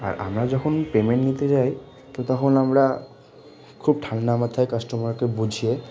আর আমরা যখন পেমেন্ট নিতে যাই তো তখন আমরা খুব ঠান্ডা মাথায় কাস্টমারকে বুঝিয়ে